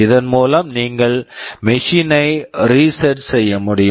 இதன் மூலம் நீங்கள் மெஷின் machine ஐ ரீசெட் reset செய்ய முடியும்